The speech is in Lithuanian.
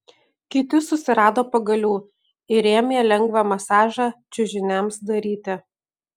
kiti susirado pagalių ir ėmė lengvą masažą čiužiniams daryti